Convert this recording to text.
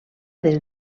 des